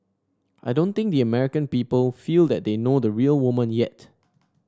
I don't think the American people feel that they know the real woman yet